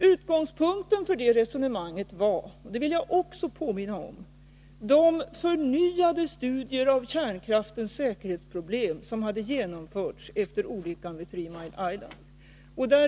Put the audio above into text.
Utgångspunkten för det resonemanget var — det vill jag också påminna om — de förnyade studier av kärnkraftens säkerhetsproblem som hade genomförts efter olyckan på Three Mile Island.